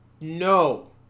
no